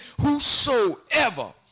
whosoever